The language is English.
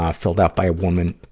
ah filled out by a woman,